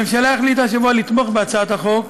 הממשלה החליטה השבוע לתמוך בהצעת החוק,